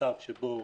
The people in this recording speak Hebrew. מצב שבו